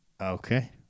Okay